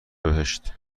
بهشت